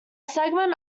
segment